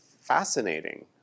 fascinating